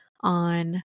on